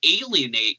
alienate